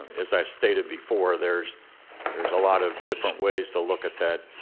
as i stated before, there's there's a lot of different ways to look at that